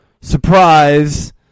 Surprise